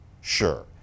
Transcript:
sure